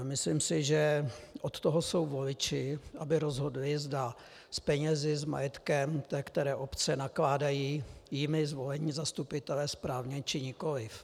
Myslím si, že od toho jsou voliči, aby rozhodli, zda s penězi, s majetkem té které obce nakládají jimi zvolení zastupitelé správně, či nikoliv.